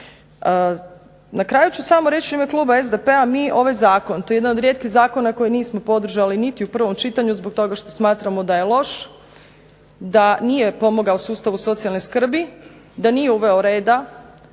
Na kraju ću samo reći u ime kluba SDP-a mi ovaj zakon, to je jedan od rijetkih zakona koji nismo podržali niti u prvom čitanju zbog toga što smatramo da je loš, da nije pomogao sustavu socijalne skrbi, da nije uveo reda,